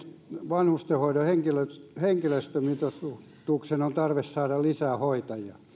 vanhustenhoidon henkilöstömitoituksen on tarve saada lisää hoitajia